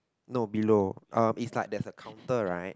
no below is like there's a counter right